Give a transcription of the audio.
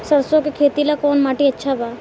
सरसों के खेती ला कवन माटी अच्छा बा?